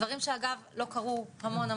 דברים שאגב לא קרו המון,